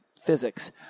physics